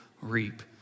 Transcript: reap